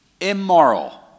immoral